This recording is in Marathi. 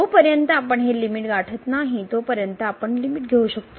जोपर्यंत आपण हे लिमिट गाठत नाही तोपर्यंत आपण लिमिट घेऊ शकतो